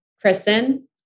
Kristen